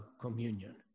communion